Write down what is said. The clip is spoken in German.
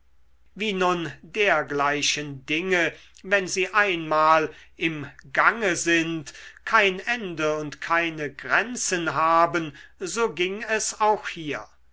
wie nun dergleichen dinge wenn sie einmal im gange sind kein ende und keine grenzen haben so ging es auch hier